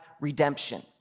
redemption